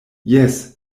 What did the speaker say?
jes